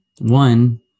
One